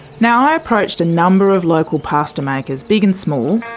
now, i approached a number of local pasta makers, big and small,